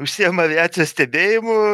užsiema aviacijos stebėjimu